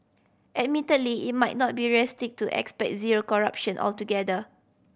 admittedly it might not be realistic to expect zero corruption altogether